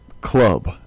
club